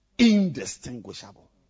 Indistinguishable